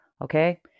Okay